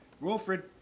Wilfred